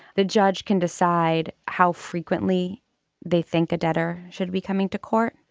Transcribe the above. the judge can decide how frequently they think a debtor should be coming to court.